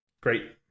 Great